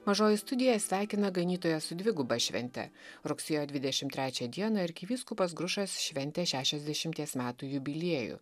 mažoji studija sveikina ganytoją su dviguba švente rugsėjo dvidešimt trečią dieną arkivyskupas grušas šventė šešiasdešimties metų jubiliejų